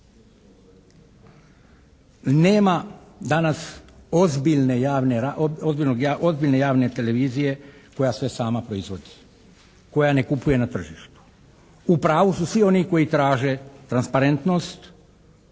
Nema danas ozbiljne javne televizije koja sve sama proizvodi, koja ne kupuje na tržištu. U pravu su svi oni koji traže transparentnost